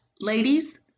ladies